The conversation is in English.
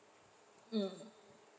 mm